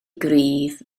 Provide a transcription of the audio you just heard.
gryf